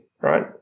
right